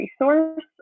resource